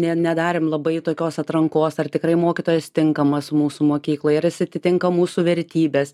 ne nedarėm labai tokios atrankos ar tikrai mokytojas tinkamas mūsų mokyklai ar jis atitinka mūsų vertybes